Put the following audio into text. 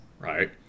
Right